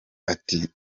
ati